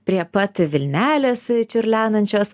prie pat vilnelės čiurlenančios